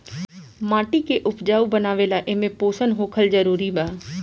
माटी के उपजाऊ बनावे ला एमे पोषण होखल जरूरी बा